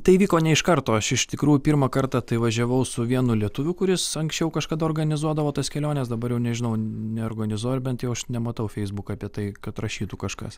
tai įvyko ne iš karto aš iš tikrųjų pirmą kartą tai važiavau su vienu lietuviu kuris anksčiau kažkada organizuodavo tas keliones dabar jau nežinau neorganizuoja bent jau aš nematau facebook apie tai kad rašytų kažkas